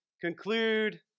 conclude